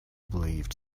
believed